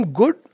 good